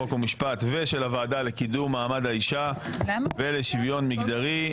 חוק ומשפט ושל הוועדה לקידום מעמד האישה ולשוויון מגדרי.